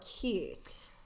cute